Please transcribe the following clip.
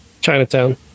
Chinatown